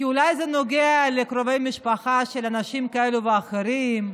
כי אולי זה נוגע לקרובי משפחה של אנשים כאלו ואחרים,